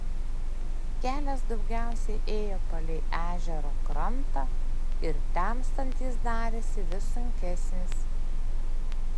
kelias daugiausiai ėjo palei ežero krantą ir temstant jis darėsi vis sunkesnis